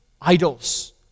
idols